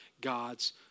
God's